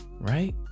right